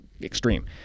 extreme